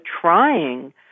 trying